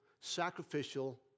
sacrificial